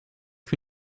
que